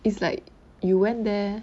it's like you went there